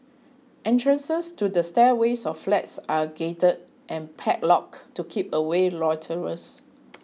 entrances to the stairways of flats are gated and padlocked to keep away loiterers